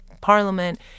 parliament